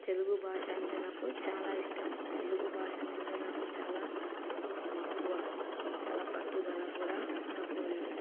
తెలుగు భాష అంటే నాకు చాలా ఇష్టం తెలుగు భాష మీద నాకు చాలా మక్కువ చాలా పట్టుదల కూడా నాకు ఉంది